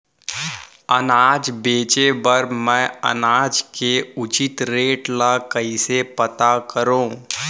अनाज बेचे बर मैं अनाज के उचित रेट ल कइसे पता करो?